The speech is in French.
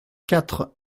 quatre